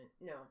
No